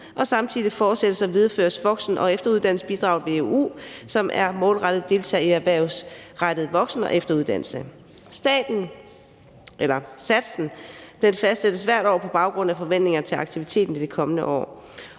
og samtidig fortsættes og videreføres voksen- og efteruddannelsesbidraget VEU, som er målrettet deltagelse i erhvervsrettet voksen- og efteruddannelse. Satsen fastsættes hvert år på baggrund af forventninger til aktiviteten i det kommende år.